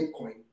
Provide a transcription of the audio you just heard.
Bitcoin